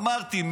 אמרתי,